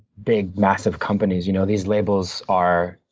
big, massive companies. you know these labels are,